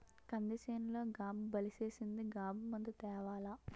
కంది సేనులో గాబు బలిసీసింది గాబు మందు తేవాల